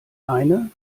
eine